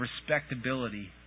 respectability